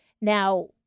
Now